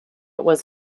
was